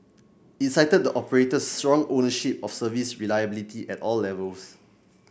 it cited the operator's strong ownership of service reliability at all levels